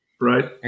Right